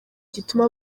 gituma